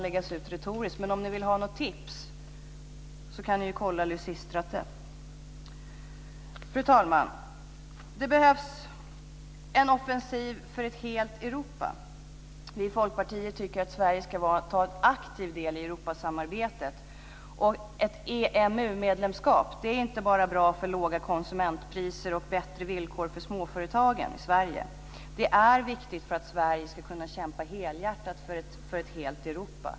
Om ni vill ha ett tips kan ni kolla Lysistrate. Fru talman! För det femte behövs en offensiv för ett helt Europa. Vi i Folkpartiet tycker att Sverige ska ta aktiv del i Europasamarbetet. Ett EMU medlemskap är inte bara bra för låga konsumentpriser och bättre villkor för småföretagen i Sverige. Det är också viktigt för att Sverige ska kunna kämpa helhjärtat för ett helt Europa.